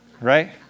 right